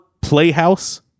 playhouse